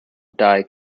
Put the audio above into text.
die